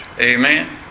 Amen